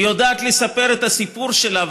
היא יודעת לספר את הסיפור שלה,